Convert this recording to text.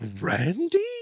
randy